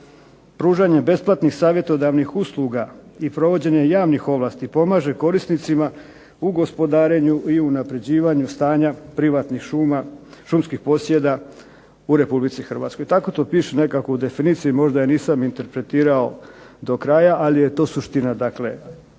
pružanjem besplatnih savjetodavnih usluga i provođenjem javnih ovlasti pomaže korisnicima u gospodarenju i unapređivanju stanja privatnih šumskih posjeda u RH. Tako to piše nekako u definiciji, možda je nisam interpretirao do kraja, ali je to suština.